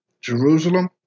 Jerusalem